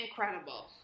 incredible